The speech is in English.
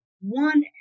one